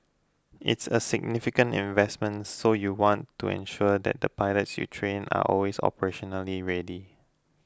it's a significant investment so you want to ensure that the pilots you train are always operationally ready